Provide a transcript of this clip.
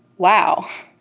wow.